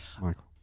Michael